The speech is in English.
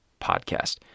podcast